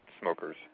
smokers